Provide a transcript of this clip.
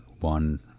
one